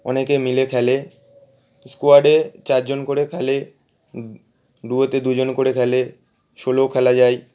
অনেকে মিলে খেলে স্কোয়াডে চারজন করে খেলে ডুয়োতে দুজন করে খেলে সোলোও খেলা যায়